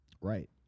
Right